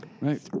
right